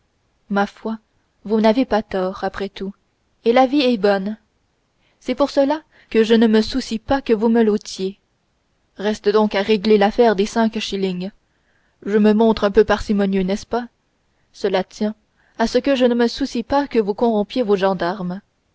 ma foi vous n'avez pas tort après tout et la vie est bonne c'est pour cela que je ne me soucie pas que vous me l'ôtiez reste donc à régler l'affaire des cinq shillings je me montre un peu parcimonieux n'est-ce pas cela tient à ce que je ne me soucie pas que vous corrompiez vos gardiens